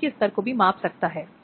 परिणामी स्थिति है